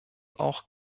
auch